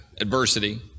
adversity